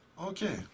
Okay